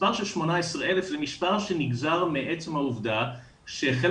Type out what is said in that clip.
המספר של 18,000 הוא מספר שנגזר מעצם העובדה שחלק